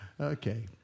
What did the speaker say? Okay